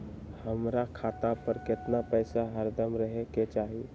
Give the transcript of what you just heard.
हमरा खाता पर केतना पैसा हरदम रहे के चाहि?